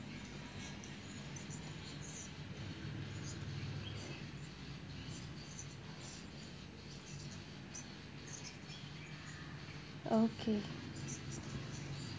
okay